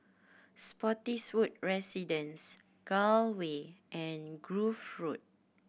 Spottiswoode Residence Gul Way and Grove Road